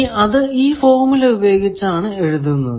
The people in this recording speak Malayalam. ഇനി അത് ഈ ഫോർമുല ഉപയോഗിച്ചാണ് എഴുതുന്നത്